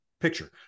Picture